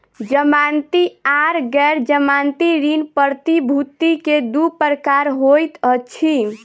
जमानती आर गैर जमानती ऋण प्रतिभूति के दू प्रकार होइत अछि